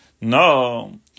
no